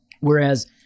Whereas